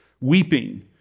weeping